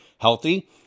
healthy